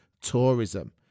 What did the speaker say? tourism